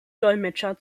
dolmetscher